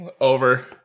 Over